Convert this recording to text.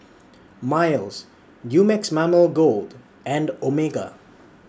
Miles Dumex Mamil Gold and Omega